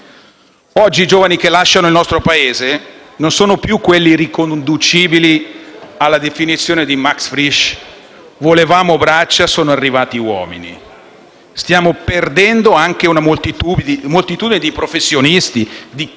Con chi stiamo sostituendo gli italiani che lasciano il nostro Paese? Voi credete che sia giusto ciò che sta accadendo? La cosa più demenziale e insostenibile è che i nostri *partner* europei, caro Ministro, patrocinati dalla matrigna Europa,